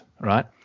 right